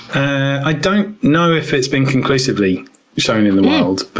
i don't know if it's been conclusively shown in the wild, but